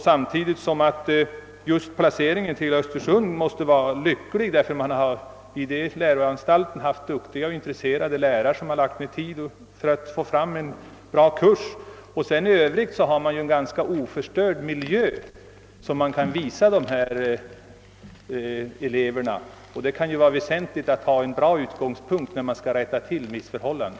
Samtidigt är placeringen till Östersund gynnsam, eftersom där finns duktiga och intresserade lärare, som lagt ned tid på att åstadkomma en bra kurs, och man också har tillgång till en ganska oförstörd miljö att visa upp för eleverna. Det kan vara väsentligt med en riktig utgångspunkt i det avseendet när man skall söka rätta till missförhållanden.